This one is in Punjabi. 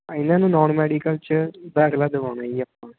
ਇਹਨਾਂ ਨੂੰ ਨੋਨ ਮੈਡੀਕਲ 'ਚ ਦਾਖਲਾ ਦਵਾਉਣਾ ਜੀ ਆਪਾਂ